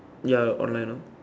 ya online lah